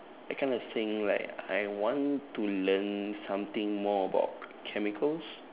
I kind of think like I want to learn something more about chemicals